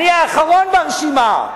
אני האחרון ברשימה.